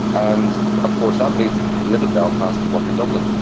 and of course that means that you can live in belfast and work in dublin,